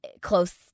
close